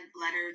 Letter